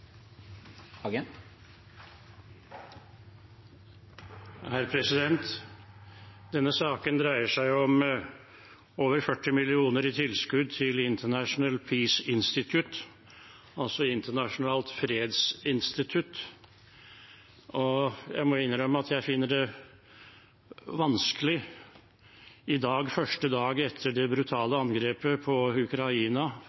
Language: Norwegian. Denne saken dreier seg om over 40 mill. kr i tilskudd til International Peace Institute, altså Internasjonalt fredsinstitutt, og jeg må innrømme at jeg finner det vanskelig i dag – første møtedag etter det